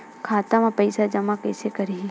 खाता म पईसा जमा कइसे करही?